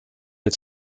its